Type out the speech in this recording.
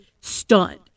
stunned